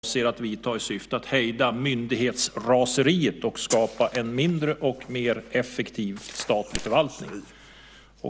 Herr talman! Tobias Krantz har frågat mig vilka åtgärder jag avser att vidta i syfte att hejda myndighetsraseriet och skapa en mindre och mer effektiv statlig förvaltning.